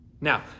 Now